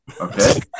Okay